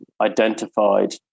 identified